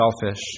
selfish